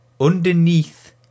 Underneath